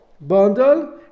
bundle